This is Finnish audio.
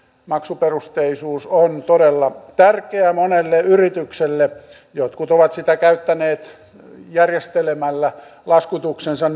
maksuperusteisuus on todella tärkeä monelle yritykselle jotkut ovat sitä käyttäneet järjestelemällä laskutuksensa